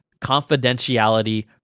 confidentiality